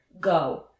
go